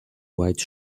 white